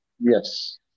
Yes